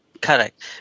Correct